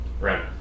Right